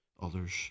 others